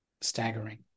staggering